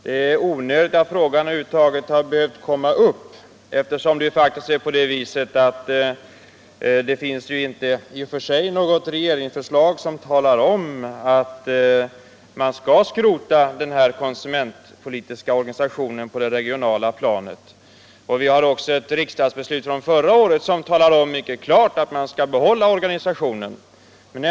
Det är onödigt att frågan över huvud taget kommer upp eftersom det inte finns något regeringsbeslut om att den konsumentpolitiska organisationen på det regionala planet skall skrotas. Vi har också riksdagsbeslutet från förra året som mycket klart uttalar att organisationen skall behållas.